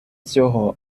цього